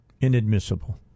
inadmissible